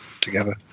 together